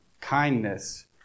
Kindness